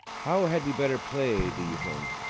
how had we better play do you think?